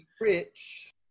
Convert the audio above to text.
Rich